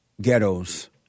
ghettos